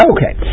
Okay